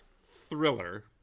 thriller